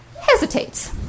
hesitates